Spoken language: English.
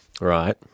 right